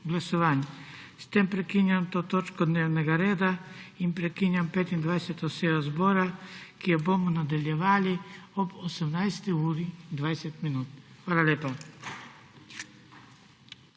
S tem prekinjam to točko dnevnega reda in prekinjam 25. sejo zbora, ki jo bomo nadaljevali ob 18. uri in 20 minut. Hvala lepa.